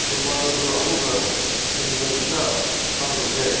ꯑꯗꯨ ꯃꯗꯨꯗꯣ ꯑꯃꯨꯛꯀ ꯁꯦꯝꯅꯤꯡꯉꯥꯏꯒꯤ ꯈꯔ ꯄ꯭ꯂꯥꯟ ꯇꯧꯁꯦ